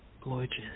gorgeous